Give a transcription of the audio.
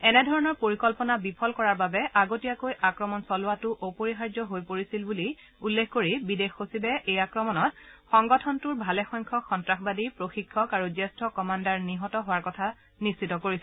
এনে ধৰণৰ পৰিকল্পনা বিফল কৰাৰ বাবে আগতীয়াকৈ আক্ৰমণ চলোৱাটো অপৰিহাৰ্য্য হৈ পৰিছিল বুলি উল্লেখ কৰি বিদেশ সচিবে এই আক্ৰমণত সংগঠনটোৰ ভালেসংখ্যক সন্ত্ৰাসবাদী প্ৰশিক্ষক আৰু জ্যেষ্ঠ কমাণ্ডাৰ নিহত হোৱাৰ কথা নিশ্চিত কৰিছে